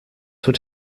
would